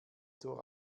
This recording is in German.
zur